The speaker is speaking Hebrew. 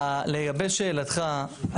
לגבי שאלתךָ,